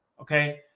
Okay